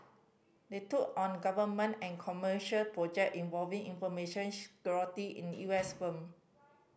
they took on government and commercial project involving information security in U S firm